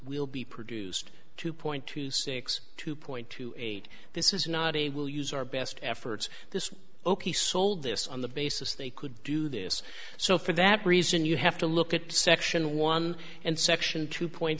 will be produced two point two six two point two eight this is not a will use our best efforts this oki sold this on the basis they could do this so for that reason you have to look at section one and section two point